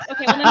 Okay